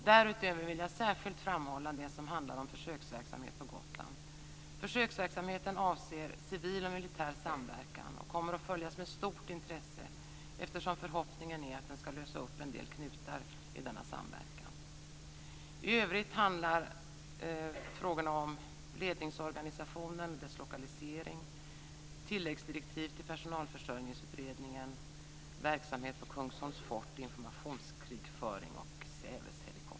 Därutöver vill jag särskilt framhålla det som handlar om försöksverksamhet på Gotland. Försöksverksamheten avser civil och militär samverkan och kommer att följas med stort intresse, eftersom förhoppningen är att den ska lösa upp en del knutar i denna samverkan. I övrigt handlar frågorna om ledningsorganisationen, dess lokalisering, tilläggsdirektiv till Personalförsörjningsutredningen, verksamhet på Kungsholms fort, informationskrigföring och Säves helikoptrar.